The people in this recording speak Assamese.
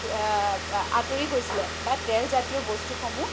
আঁতৰি গৈছিলে বা তেলজাতীয় বস্তুসমূহ